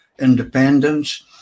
independence